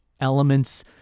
elements